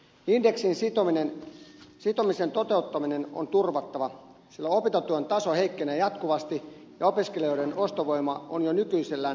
indeksiin sitomisen toteuttaminen on turvattava sillä opintotuen taso heikkenee jatkuvasti ja opiskelijoiden ostovoima on jo nykyisellään heikko